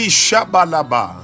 shabalaba